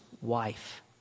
wife